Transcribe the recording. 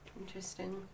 Interesting